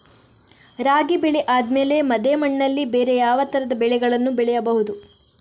ರಾಗಿ ಬೆಳೆ ಆದ್ಮೇಲೆ ಅದೇ ಮಣ್ಣಲ್ಲಿ ಬೇರೆ ಯಾವ ತರದ ಬೆಳೆಗಳನ್ನು ಬೆಳೆಯಬಹುದು?